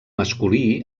masculí